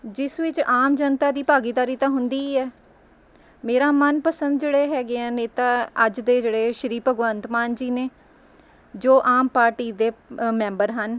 ਜਿਸ ਵਿੱਚ ਆਮ ਜਨਤਾ ਦੀ ਭਾਗੀਦਾਰੀ ਤਾਂ ਹੁੰਦੀ ਹੀ ਹੈ ਮੇਰਾ ਮਨ ਪਸੰਦ ਜਿਹੜੇ ਹੈਗੇ ਹੈ ਨੇਤਾ ਅੱਜ ਦੇ ਜਿਹੜੇ ਸ਼੍ਰੀ ਭਗਵੰਤ ਮਾਨ ਜੀ ਨੇ ਜੋ ਆਮ ਪਾਰਟੀ ਦੇ ਮੈਂਬਰ ਹਨ